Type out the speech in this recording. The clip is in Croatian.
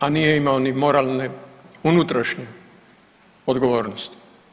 A nije imao ni moralne unutrašnje odgovornosti.